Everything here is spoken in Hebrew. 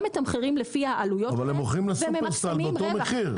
הם מתמחרים לפי העלויות --- אבל הם מוכרים לשופרסל באותו המחיר.